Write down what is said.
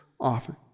often